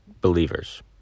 believers